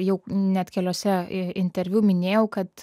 jau net keliuose interviu minėjau kad